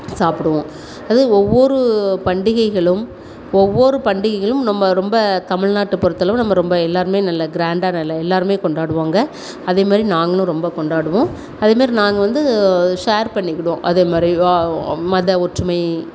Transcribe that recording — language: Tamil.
சாப்பிடுவோம் அது ஒவ்வொரு பண்டிகைகளும் ஒவ்வொரு பண்டிகைகளும் நம்ம ரொம்ப தமிழ்நாட்டை பொறுத்தளவு நம்ம ரொம்ப எல்லோருமே நல்ல க்ராண்ட்டாக நல்ல எல்லோருமே கொண்டாடுவாங்க அதேமாதிரி நாங்களும் ரொம்ப கொண்டாடுவோம் அதேமாதிரி நாங்கள் வந்து ஷேர் பண்ணிக்கிடுவோம் அதேமாதிரி மத ஒற்றுமை